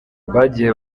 bagiye